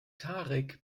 tarek